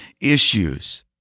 issues